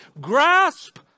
grasp